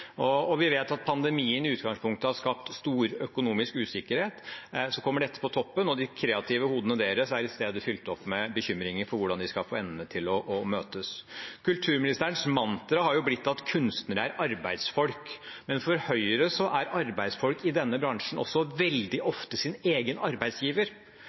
Vi vet at pandemien i utgangspunktet har skapt stor økonomisk usikkerhet, og så kommer dette på toppen. De kreative hodene deres er i stedet fylt opp med bekymringer for hvordan de skal få endene til å møtes. Kulturministerens mantra har blitt at kunstnere er arbeidsfolk, men for Høyre er arbeidsfolk i denne bransjen også veldig ofte sin egen arbeidsgiver.